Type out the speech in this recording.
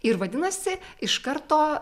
ir vadinasi iš karto